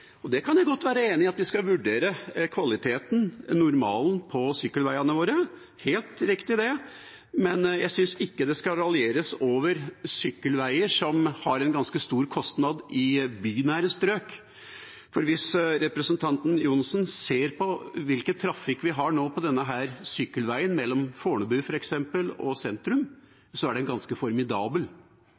kan godt være enig i at vi skal vurdere kvaliteten og normalen på sykkelveiene våre, det er helt riktig, men jeg synes ikke det skal raljeres over sykkelveier som har en ganske stor kostnad i bynære strøk. Hvis representanten Johnsen ser på hvilken trafikk vi har nå på sykkelveien mellom f.eks. Fornebu og sentrum, er den ganske formidabel.